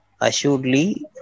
assuredly